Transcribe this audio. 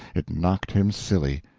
it knocked him silly,